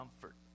comfort